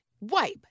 wipe